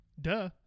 Duh